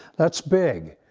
that's big.